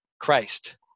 Christ